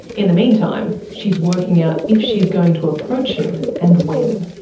in the meantime she's working out if she's going to approach him and when.